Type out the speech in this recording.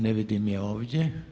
Ne vidim je ovdje.